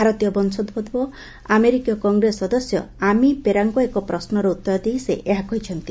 ଭାରତୀୟ ବଂଶୋଭବ ଆମେରିକୀୟ କଂଗ୍ରେସ ସଦସ୍ୟ ଆମି ବେରାଙ୍କ ଏକ ପ୍ରଶ୍ନର ଉତ୍ତର ଦେଇ ସେ ଏହା କହିଛନ୍ତି